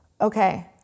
okay